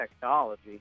technology